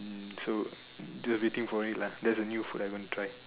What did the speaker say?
mm so everything for it lah that's the new food I'm gonna try